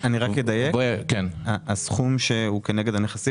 אני לא כול כך מבין לאן נגיע עם העזרה הזו.